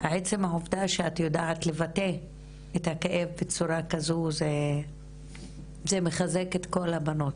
עצם העובדה שאת יודעת לבטא את הכאב בצורה כזו זה מחזק את כל הבנות